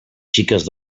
xiques